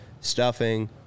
stuffing